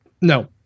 No